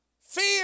Fear